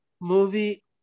movie